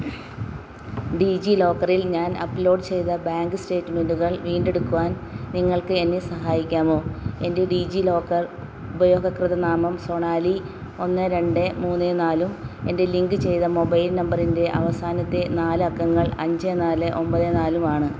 ഡിജി ലോക്കറിൽ ഞാൻ അപ്ലോഡ് ചെയ്ത ബാങ്ക് സ്റ്റേറ്റ്മെന്റുകൾ വീണ്ടെടുക്കുവാൻ നിങ്ങൾക്ക് എന്നെ സഹായിക്കാമോ എൻ്റെ ഡിജി ലോക്കർ ഉപയോഗ കൃതനാമം സൊണാലി ഒന്ന് രണ്ട് മൂന്ന് നാലും എൻ്റെ ലിങ്ക് ചെയ്ത മൊബൈൽ നമ്പറിൻ്റെ അവസാനത്തെ നാലക്കങ്ങൾ അഞ്ച് നാല് ഒൻപത് നാലും ആണ്